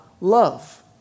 love